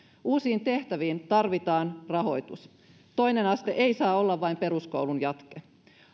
uusiin tehtäviin tarvitaan rahoitus toinen aste ei saa olla vain peruskoulun jatke